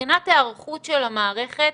מבחינת היערכות של המערכת